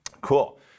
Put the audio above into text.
Cool